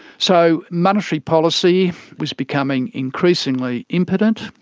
so monetary policy was becoming increasingly impotent,